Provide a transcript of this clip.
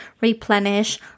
replenish